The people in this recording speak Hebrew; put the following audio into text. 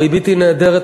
הריבית היא נהדרת,